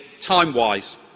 time-wise